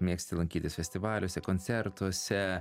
mėgsti lankytis festivaliuose koncertuose